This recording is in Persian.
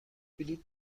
بلیط